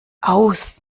aus